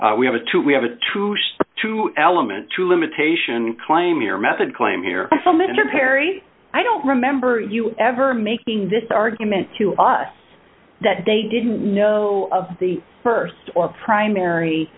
we have to we have a two two element two limitation claim your method claim here mr perry i don't remember you ever making this argument to us that they didn't know of the st or primary